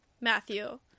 Matthew